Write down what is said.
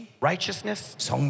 righteousness